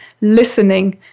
listening